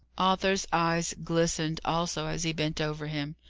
arthur's eyes glistened also as he bent over him.